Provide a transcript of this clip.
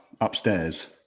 upstairs